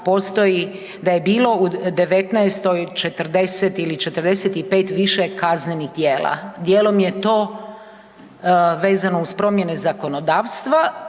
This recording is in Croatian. da je bilo u '19. 40 ili 45 više kaznenih dijela, dijelom je to vezano uz promjene zakonodavstva,